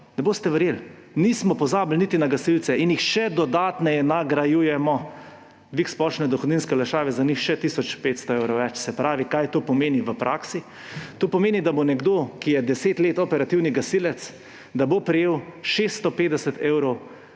ne boste verjeli, nismo pozabili niti na gasilce in jih še dodatno nagrajujemo. Dvig splošne dohodninske olajšave za njih še tisoč 500 evrov več. Kaj to pomeni v praksi? To pomeni, da bo nekdo, ki je 10 let operativni gasilec, prejel 650 evrov